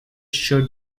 should